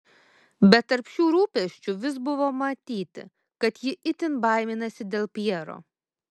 bet tarp šių rūpesčių vis buvo matyti kad ji itin baiminasi dėl pjero